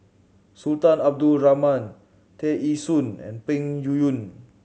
Sultan Abdul Rahman Tear Ee Soon and Peng Yuyun